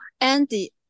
Andy